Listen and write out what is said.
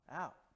out